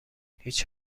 هیچ